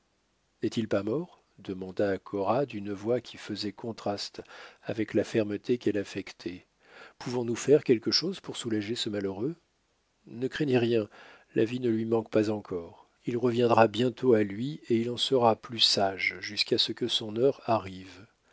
n'est-il pas mort demanda cora d'une voix qui faisait contraste avec la fermeté qu'elle affectait pouvons-nous faire quelque chose pour soulager ce malheureux ne craignez rien la vie ne lui manque pas encore il reviendra bientôt à lui et il en sera plus sage jusqu'à ce que son heure arrive